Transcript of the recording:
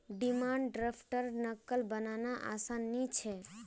demand द्रफ्टर नक़ल बनाना आसान नि छे